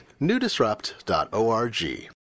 newdisrupt.org